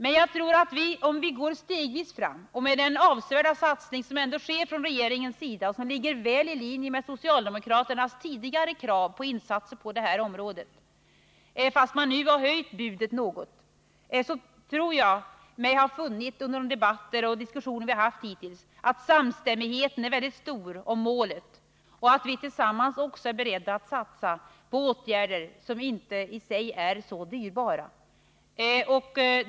Men om vi går fram stegvis, med utgång från den avsevärda satsning som regeringen ändå gör och som ligger väli linje med socialdemokraternas tidigare framförda krav på åtgärder på området — även om de nu har höjt budet något — tror jag att vi kommer att ha en mycket stor samstämmighet om målet. Jag tror mig ha funnit detta under de debatter som hittills förts. Jag tror också att vi tillsammans är beredda att satsa på olika åtgärder. Dessa är inte heller särskilt dyra.